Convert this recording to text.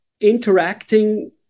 interacting